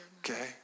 Okay